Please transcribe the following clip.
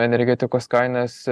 energetikos kainas